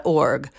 org